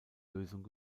lösung